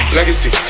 Legacy